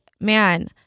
man